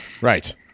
Right